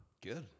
good